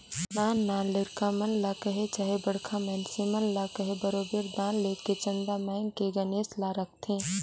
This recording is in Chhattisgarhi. नान नान लरिका मन ल कहे चहे बड़खा मइनसे मन ल कहे बरोबेर दान लेके चंदा मांएग के गनेस ल रखथें